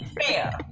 fair